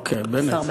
אה, אוקיי, בנט.